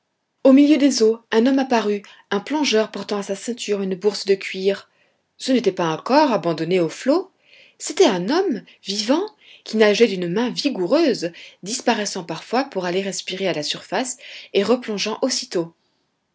au milieu des eaux un homme apparut un plongeur portant à sa ceinture une bourse de cuir ce n'était pas un corps abandonné aux flots c'était un homme vivant qui nageait d'une main vigoureuse disparaissant parfois pour aller respirer à la surface et replongeant aussitôt